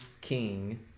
king